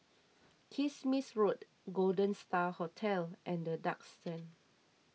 Kismis Road Golden Star Hotel and the Duxton